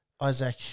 Isaac